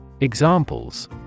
Examples